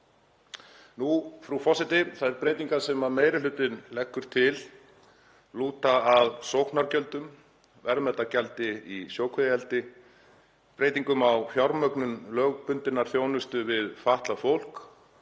Þær breytingar sem meiri hlutinn leggur til lúta að sóknargjöldum, verðmætagjaldi í sjókvíaeldi, breytingum á fjármögnun lögbundinnar þjónustu við fatlað fólk,